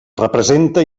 representa